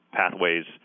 pathways